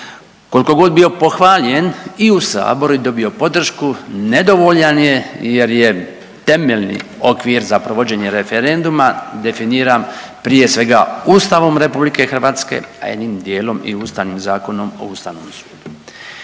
kolko god bio pohvaljen i u saboru i dobio podršku, nedovoljan je jer je temeljni okvir za provođenje referenduma definiran prije svega Ustavom RH, a jednim dijelom i Ustavnim zakonom o ustavnom sudu.